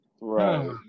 Right